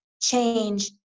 change